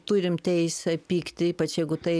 turim teisę pykti ypač jeigu tai